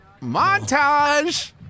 Montage